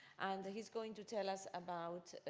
and he's going to tell us about